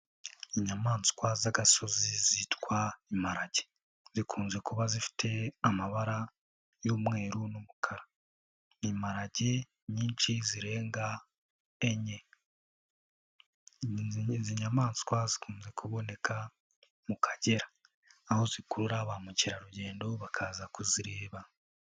Inyamaswa z'agasozi zitwa imparage, zikunze kuba zifite amabara y'umweru n'umukara. Imparage nyinshi zirenga enye. Izi nyamaswa zikunze kuboneka mu Kagera, aho zikurura ba mukerarugendo bakaza kuzireba.